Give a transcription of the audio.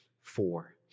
four